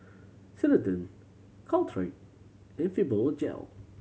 Ceradan Caltrate and Fibogel